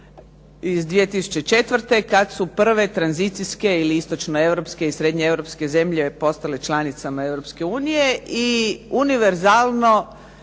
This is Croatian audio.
iz 2004. kad su prve tranzicijske ili istočno-europske i srednje-europske zemlje postale članicama Europske